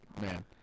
Man